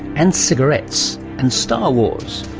and cigarettes, and star wars.